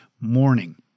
morning